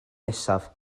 nesaf